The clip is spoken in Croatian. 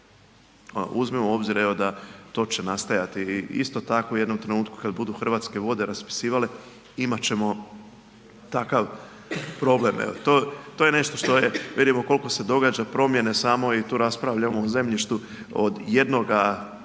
Uzmimo u obzir da to će nastajati i isto tako u jednom trenutku kad budu Hrvatske vode raspisivale, imat ćemo takav problem i to je nešto što je, vidimo koliko se događa promjene samo i tu raspravljamo o zemljištu od jednoga